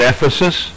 Ephesus